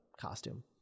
costume